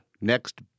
next